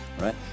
right